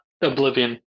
Oblivion